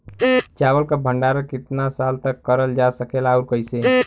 चावल क भण्डारण कितना साल तक करल जा सकेला और कइसे?